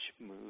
move